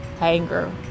anger